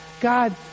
God